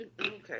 Okay